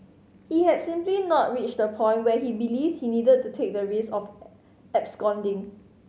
he had simply not reached the point where he believed he needed to take the risk of absconding